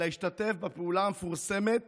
אלא השתתף בפעולה המפורסמת